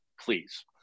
please